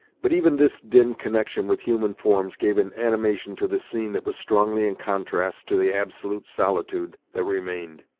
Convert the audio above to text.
but even this dim connection with human forms gave an animation to the scene that was strongly in contrast to the absolute solitude that remained.